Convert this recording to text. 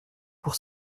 pour